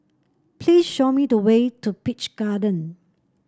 please show me the way to Peach Garden